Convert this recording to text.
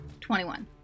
21